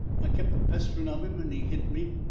i kept a-pesterin' of im and he hit me.